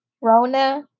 Rona